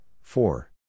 four